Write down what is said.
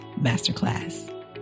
Masterclass